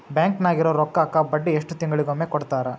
Bank ನಾಗಿರೋ ರೊಕ್ಕಕ್ಕ ಬಡ್ಡಿ ಎಷ್ಟು ತಿಂಗಳಿಗೊಮ್ಮೆ ಕೊಡ್ತಾರ?